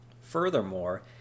Furthermore